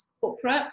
corporate